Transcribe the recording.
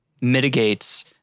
mitigates